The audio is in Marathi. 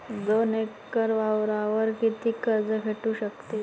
दोन एकर वावरावर कितीक कर्ज भेटू शकते?